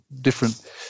different